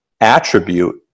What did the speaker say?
attribute